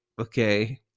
okay